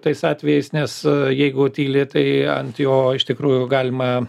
tais atvejais nes jeigu tyli tai ant jo iš tikrųjų galima